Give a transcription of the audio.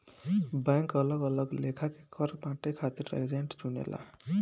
bank अलग अलग लेखा के कर बांटे खातिर एजेंट चुनेला